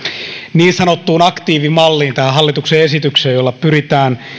niin sanottuun aktiivimalliin tähän hallituksen esitykseen jolla pyritään